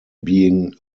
being